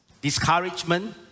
discouragement